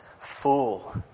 full